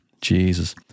Jesus